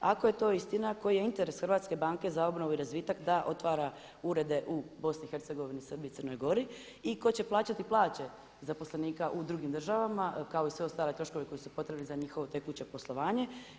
Ako je to istina koji je interes HBOR-a za obnovu i razvitak da otvara urede u BiH-a, Srbiji i Crnoj Gori i tko će plaćati plaće zaposlenika u drugim državama kao i sve ostale troškove koji su potrebni za njihovo tekuće poslovanje.